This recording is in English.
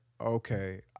okay